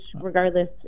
regardless